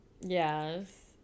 Yes